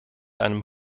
einem